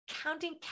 counting